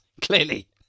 clearly